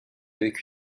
avec